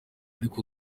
ariko